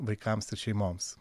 vaikams ir šeimoms